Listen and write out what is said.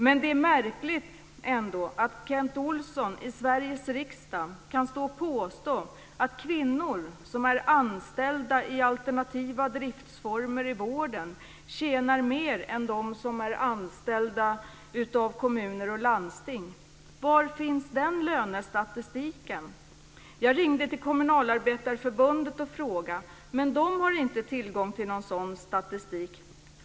Men det är ändå märkligt att Kent Olsson i Sveriges riksdag kan stå och påstå att kvinnor som är anställda i alternativa driftformer i vården tjänar mer än dem som är anställda av kommuner och landsting. Jag ringde till Kommunalarbetareförbundet och frågade, men där har man inte tillgång till någon sådan statistik.